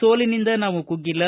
ಸೋಲಿನಿಂದ ನಾವು ಕುಗ್ಗಿಲ್ಲ